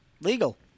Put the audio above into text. Legal